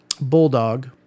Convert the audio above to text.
bulldog